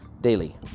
daily